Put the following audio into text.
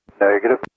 Negative